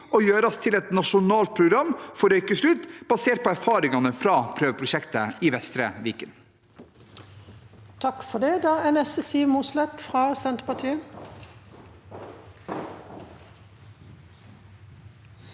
og gjøres til et nasjonalt program for røykeslutt, basert på erfaringene fra prøveprosjektet i Vestre Viken.